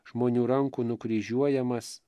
žmonių rankų nukryžiuojamas